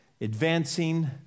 advancing